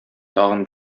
тагын